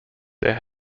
there